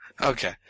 Okay